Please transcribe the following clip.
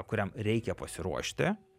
kuriam reikia pasiruošti